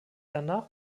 danach